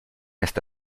esta